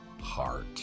heart